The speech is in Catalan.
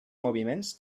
moviments